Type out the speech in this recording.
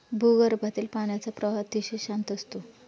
भूगर्भातील पाण्याचा प्रवाह अतिशय शांत असतो